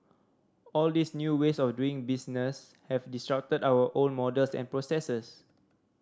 all these new ways of doing business have disrupted our old models and processes